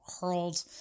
hurled